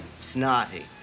Snotty